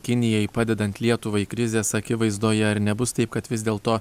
kinijai padedant lietuvai krizės akivaizdoje ar nebus taip kad vis dėl to